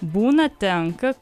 būna tenka